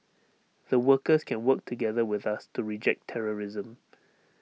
the workers can work together with us to reject terrorism